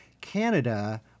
Canada